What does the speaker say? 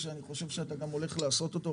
שאני חושב שאתה גם הולך לעשות אותו,